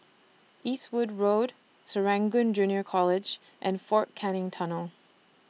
Eastwood Road Serangoon Junior College and Fort Canning Tunnel